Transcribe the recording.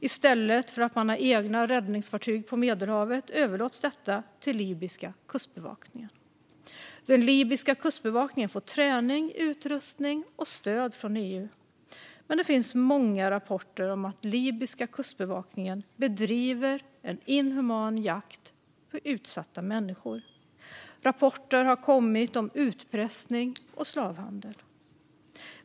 I stället för att man har egna räddningsfartyg på Medelhavet överlåts detta till libyska kustbevakningen. Den libyska kustbevakningen får träning, utrustning och stöd från EU. Men det finns många rapporter om att libyska kustbevakningen bedriver en inhuman jakt på utsatta människor. Rapporter har också kommit om utpressning och slavhandel.